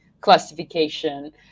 classification